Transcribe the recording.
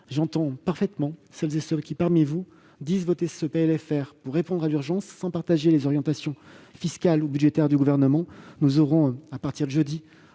entend parfaitement celles et ceux qui, parmi vous, disent voter ce texte pour répondre à l'urgence, sans partager les orientations fiscales ou budgétaires du Gouvernement. Nous aurons l'occasion d'en